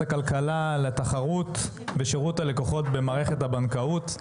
הכלכלה לתחרות בשירות הלקוחות במערכת הבנקאות.